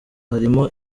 harimo